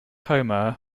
homer